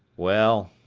well,